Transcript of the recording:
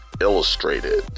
Illustrated